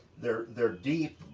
they're they're deep,